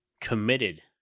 Committed